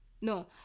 no